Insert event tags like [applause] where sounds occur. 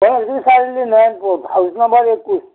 [unintelligible] চাৰিআলি Nayanpur house number এইটি